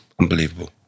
unbelievable